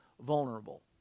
vulnerable